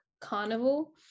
carnival